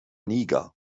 niger